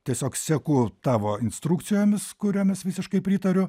tiesiog seku tavo instrukcijomis kurioms visiškai pritariu